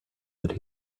that